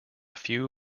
few